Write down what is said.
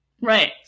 Right